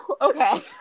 okay